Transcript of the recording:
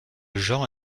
genre